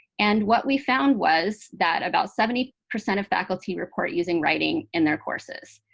and what we found was that about seventy percent of faculty report using writing in their courses.